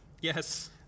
Yes